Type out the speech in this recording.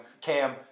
Cam